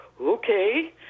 okay